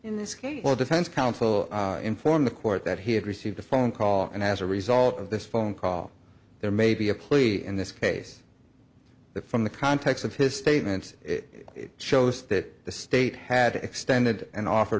case or defense counsel inform the court that he had received a phone call and as a result of this phone call there may be a plea in this case from the context of his statements it shows that the state had extended an offer